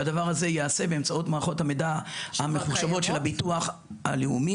שהדבר הזה ייעשה באמצעות מערכות המידע המחושבות של הביטוח הלאומי.